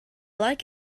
like